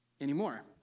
anymore